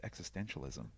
existentialism